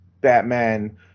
batman